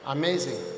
amazing